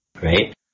Right